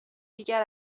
دیگر